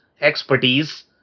expertise